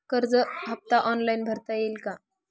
कर्ज हफ्ता ऑनलाईन भरता येईल का?